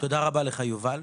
תודה רבה לך, יובל.